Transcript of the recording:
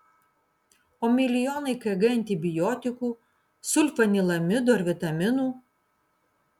o milijonai kg antibiotikų sulfanilamidų ar vitaminų